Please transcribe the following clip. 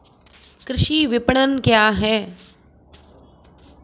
कृषि विपणन क्या है?